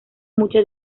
mucha